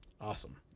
awesome